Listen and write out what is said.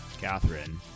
Catherine